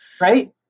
right